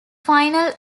final